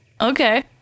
okay